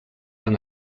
han